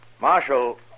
Marshal